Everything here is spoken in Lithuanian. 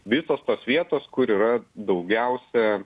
visos tos vietos kur yra daugiausia